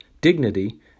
dignity